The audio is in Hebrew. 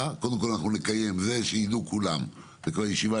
אפילו חשבתי לעשות יום של ישיבות